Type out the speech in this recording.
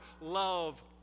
love